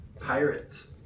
pirates